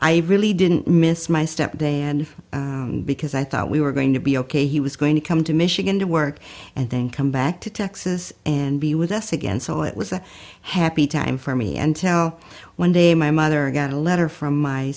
i really didn't miss my step day and because i thought we were going to be ok he was going to come to michigan to work and then come back to texas and be with us again so it was a happy time for me and tell one day my mother got a letter from my